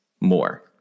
more